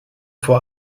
vor